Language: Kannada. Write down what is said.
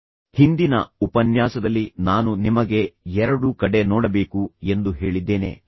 ಈಗ ನೀವು ಹೇಳಿದ ರೀತಿ ಮಾಡಲು ಬಯಸಿದರೆ ಹಿಂದಿನ ಉಪನ್ಯಾಸದಲ್ಲಿ ನಾನು ನಿಮಗೆ ಎರಡೂ ಕಡೆ ನೋಡಬೇಕು ಎಂದು ಹೇಳಿದ್ದೇನೆ